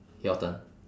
your turn